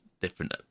different